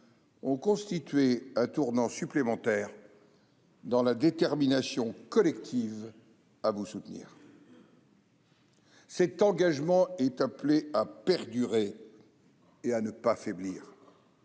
ont constitué un tournant supplémentaire dans la détermination collective à vous soutenir. Cet engagement est appelé à perdurer et à ne pas faiblir.